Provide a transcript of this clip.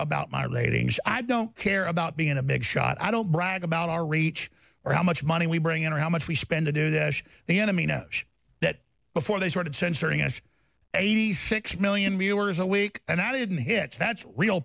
about my ratings i don't care about being a big shot i don't brag about our reach or how much money we bring in or how much we spend a new nash the enemy knows that before they started censoring us eighty six million viewers a week and i didn't hits that's real